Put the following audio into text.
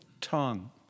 tongue